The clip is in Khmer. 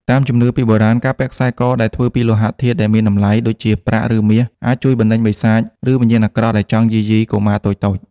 តាមជំនឿពីបុរាណ ការពាក់ខ្សែកដែលធ្វើពីលោហៈធាតុមានតម្លៃ ដូចជាប្រាក់ ឬមាស អាចជួយបណ្តេញបិសាច ឬវិញ្ញាណអាក្រក់ដែលចង់យាយីកុមារតូចៗ។